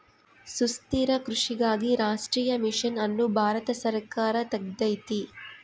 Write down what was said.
ಸುಸ್ಥಿರ ಕೃಷಿಗಾಗಿ ರಾಷ್ಟ್ರೀಯ ಮಿಷನ್ ಅನ್ನು ಭಾರತ ಸರ್ಕಾರ ತೆಗ್ದೈತೀ